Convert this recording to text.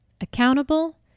Accountable